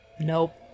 Nope